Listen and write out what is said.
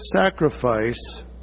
sacrifice